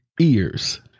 ears